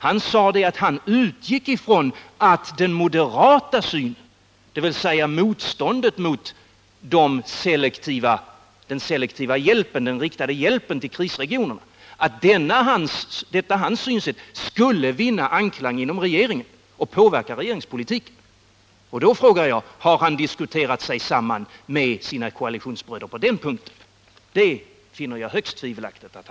Han sade att han utgick ifrån att den moderata synen, dvs. motståndet mot den selektiva, riktade hjälpen till krisregioner, skulle vinna anklang inom regeringen och påverka regeringspolitiken. Då frågar jag: Har han diskuterat sig samman med sina koalitionsbröder på den punkten? Det finner jag högst tvivelaktigt.